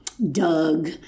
Doug